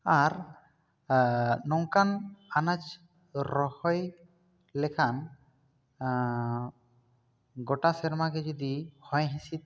ᱟᱨ ᱱᱚᱝᱠᱟᱱ ᱟᱱᱟᱡᱽ ᱨᱚᱦᱚᱭ ᱞᱮᱠᱷᱟᱱ ᱜᱚᱴᱟ ᱥᱮᱨᱢᱟ ᱜᱮ ᱡᱩᱫᱤ ᱦᱚᱭ ᱦᱤᱥᱤᱫ